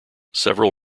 several